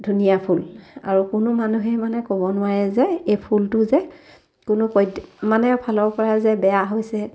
ধুনীয়া ফুল আৰু কোনো মানুহেই মানে ক'ব নোৱাৰে যে এই ফুলটো যে কোনো মানে ফালৰপৰা যে বেয়া হৈছে